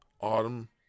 autumn